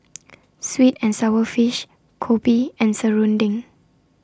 Sweet and Sour Fish Kopi and Serunding